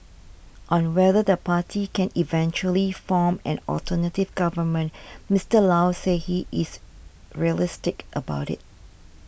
on whether the party can eventually form an alternative government Mister Low said he is realistic about it